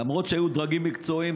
למרות שהיו דרגים מקצועיים,